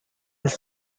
his